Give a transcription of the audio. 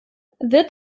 wird